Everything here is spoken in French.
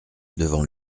devant